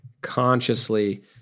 consciously